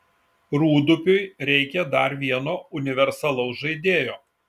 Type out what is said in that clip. rūdupiui reikia dar vieno universalaus žaidėjo